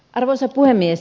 arvoisa puhemies